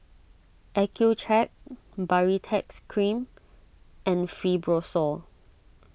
Accucheck Baritex Cream and Fibrosol